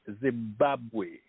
Zimbabwe